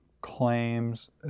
claims